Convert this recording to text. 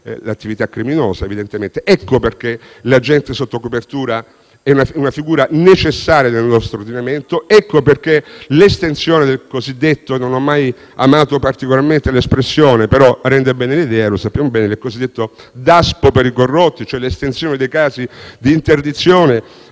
l'attività criminosa. Ecco perché l'agente sotto copertura è una figura necessaria nel nostro ordinamento; ecco perché l'estensione del cosiddetto - non ho mai amato particolarmente l'espressione, però rende bene l'idea e lo sappiamo bene - Daspo per i corrotti, cioè l'estensione dei casi di interdizione